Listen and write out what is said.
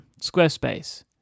squarespace